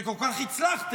וכל כך הצלחתם.